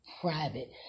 private